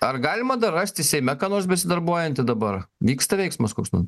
ar galima dar rasti seime ką nors besidarbuojantį dabar vyksta veiksmas koks ten